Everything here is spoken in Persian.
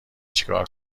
چیکار